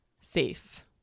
safe